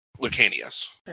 Lucanius